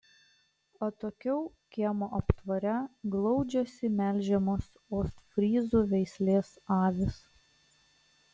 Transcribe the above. atokiau kiemo aptvare glaudžiasi melžiamos ostfryzų veislės avys